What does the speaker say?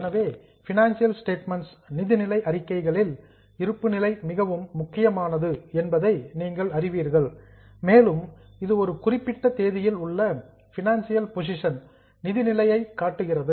எனவே financial statements நிதிநிலை அறிக்கைகளில் இருப்புநிலை மிகவும் முக்கியமானது என்பதை நீங்கள் அறிவீர்கள் மேலும் இது ஒரு குறிப்பிட்ட தேதியில் உள்ள பினான்சியல் பொசிஷன் நிதி நிலையை காட்டுகிறது